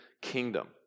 kingdom